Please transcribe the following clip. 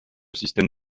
système